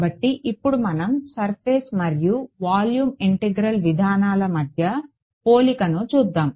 కాబట్టి ఇప్పుడు మనం సర్ఫేస్ మరియు వాల్యూమ్ ఇంటెగ్రల్ విధానాల మధ్య పోలికను చూద్దాం